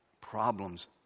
problems